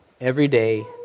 everyday